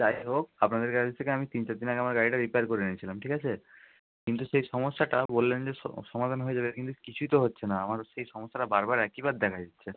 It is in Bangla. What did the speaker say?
যাই হোক আপনাদের গ্যারেজ থেকে আমি তিন চার দিন আগে আমার গাড়িটা রিপেয়ার করে এনেছিলাম ঠিক আছে কিন্তু সেই সমস্যাটা বললেন যে সমাধান হয়ে যাবে কিন্তু কিছুই তো হচ্ছে না আমার সেই সমস্যাটা বারবার একইবার দেখা দিচ্ছে